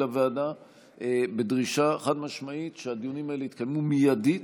הוועדה בדרישה חד-משמעית שהדיונים האלה יתקיימו מיידית,